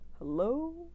Hello